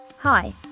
Hi